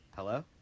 Hello